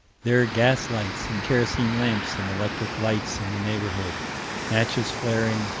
there are gas lights and kerosene lamps and electric lights in the neighborhood matches flaring,